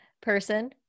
person